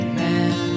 man